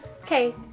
Okay